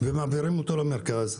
ומעבירים אותו למפעל,